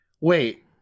wait